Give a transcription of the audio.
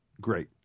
great